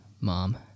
mom